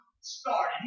started